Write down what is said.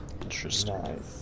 Interesting